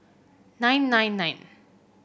nine nine nine